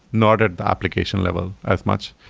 not at the application level as much.